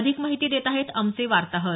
अधिक माहिती देत आहेत आमचे वार्ताहर